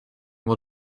will